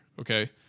Okay